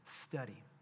study